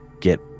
get